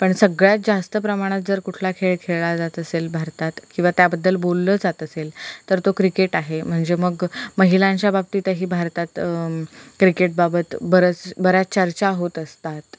पण सगळ्यात जास्त प्रमाणात जर कुठला खेळ खेळला जात असेल भारतात किंवा त्याबद्दल बोललं जात असेल तर तो क्रिकेट आहे म्हणजे मग महिलांच्या बाबतीतही भारतात क्रिकेटबाबत बरंच बऱ्याच चर्चा होत असतात